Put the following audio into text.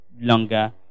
longer